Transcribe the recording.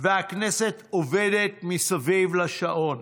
והכנסת עובדת מסביב לשעון: